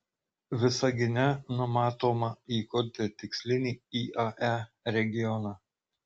visagine numatoma įkurti tikslinį iae regioną